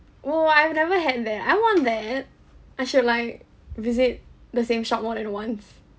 !woo! I've never had that I want that I should like visit the same shop more than once